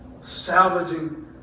salvaging